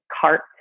cart